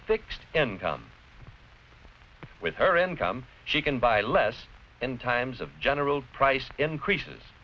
fixed income with her income she can buy less in times of general price increases